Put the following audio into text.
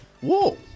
Whoa